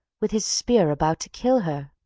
with his spear, about to kill her.